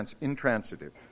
intransitive